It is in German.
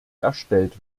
erstellt